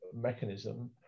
mechanism